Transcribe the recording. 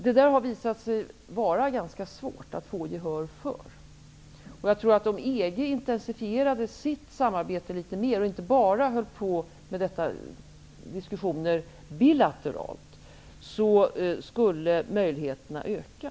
Det har visat sig vara ganska svårt att få gehör för detta. Om EG intensifierade sitt samarbete litet mer och inte bara ägnade sig åt diskussioner bilateralt, tror jag att möjligheterna skulle öka.